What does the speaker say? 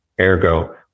Ergo